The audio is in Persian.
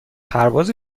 پرواز